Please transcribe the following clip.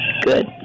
Good